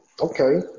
okay